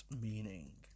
meaning